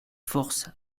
force